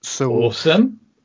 Awesome